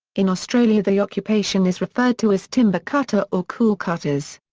in australia the occupation is referred to as timber cutter or cool cutters.